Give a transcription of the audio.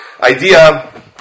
idea